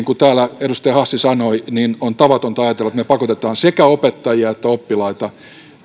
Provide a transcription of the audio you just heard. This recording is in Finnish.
kuin täällä edustaja hassi sanoi on tavatonta ajatella että me pakotamme sekä opettajia että oppilaita